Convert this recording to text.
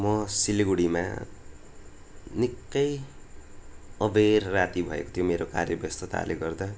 म सिलगडीमा निकै अबेर राति भएको थियो मेरो कार्य व्यस्तताले गर्दा